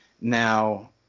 now